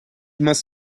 must